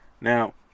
Now